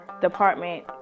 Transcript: department